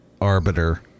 arbiter